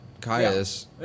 Caius